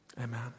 Amen